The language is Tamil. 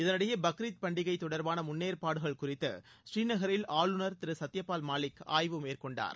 இதனிடையே பக்ரீத் பண்டிகை தொடர்பான முன்னேற்பாடுகள் குறித்து ஸ்ரீநகரில் ஆளுநர் திரு சத்யபால் மாலிக் ஆய்வு மேற்கொண்டார்